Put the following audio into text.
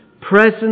present